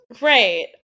Right